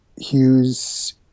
Hughes